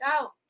out